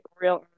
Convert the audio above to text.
real